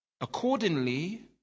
Accordingly